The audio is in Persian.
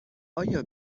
آیا